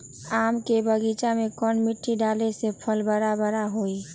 आम के बगीचा में कौन मिट्टी डाले से फल बारा बारा होई?